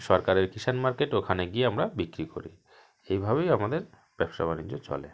সরকারের কিষাণ মার্কেট ওখানে গিয়ে আমরা বিক্রি করি এই ভাবেই আমাদের ব্যবসা বাণিজ্য চলে